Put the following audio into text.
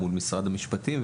מול משרד המשפטים,